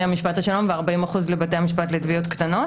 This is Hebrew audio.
משפט השלום ו-40% לבתי המשפט לתביעות קטנות.